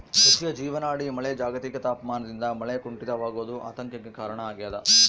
ಕೃಷಿಯ ಜೀವನಾಡಿ ಮಳೆ ಜಾಗತಿಕ ತಾಪಮಾನದಿಂದ ಮಳೆ ಕುಂಠಿತವಾಗೋದು ಆತಂಕಕ್ಕೆ ಕಾರಣ ಆಗ್ಯದ